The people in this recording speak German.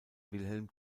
wilhelm